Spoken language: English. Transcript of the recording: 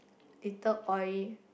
little oil